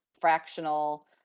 fractional